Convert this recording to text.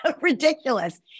ridiculous